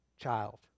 Child